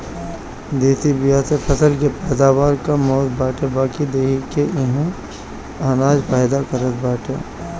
देशी बिया से फसल के पैदावार कम होत बाटे बाकी देहि के इहे अनाज फायदा करत बाटे